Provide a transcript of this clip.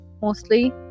mostly